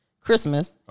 Christmas